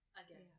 again